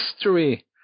history